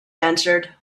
answered